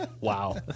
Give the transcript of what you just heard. Wow